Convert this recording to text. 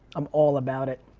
i'm all about it.